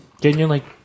Genuinely